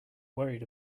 worried